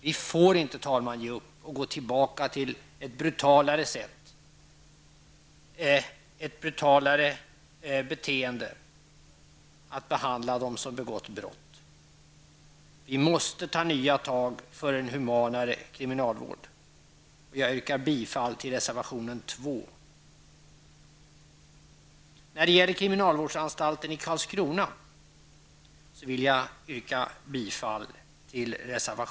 Man får inte ge upp och gå tillbaka till ett brutalare beteende vid behandlingen av dem som begått brott. Det måste tas nya tag för en humanare kriminalvård. Jag yrkar bifall till reservation 2. Jag yrkar bifall också till reservation 3, som handlar om kriminalvårdsanstalten i Karlskrona.